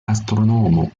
astronomo